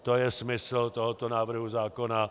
To je smysl tohoto návrhu zákona.